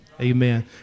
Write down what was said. Amen